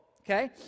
Okay